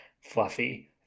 fluffy